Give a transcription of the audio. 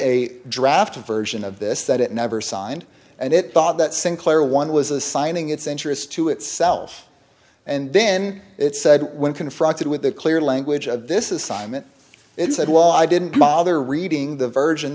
a draft version of this that it never signed and it bought that sinclair one was assigning its interest to itself and then it said when confronted with the clear language of this is simon it said well i didn't bother reading the version